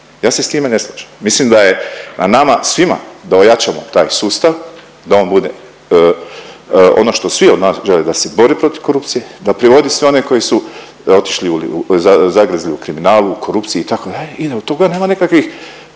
Ja se s time ne slažem. Mislim da je nama svima da ojačamo taj sustav da on bude ono što svi od nas žele da se bori protiv korupcije, da privodi sve one koji su otišli zagrezli u kriminalu, korupciji itd. i od toga nema nikakvih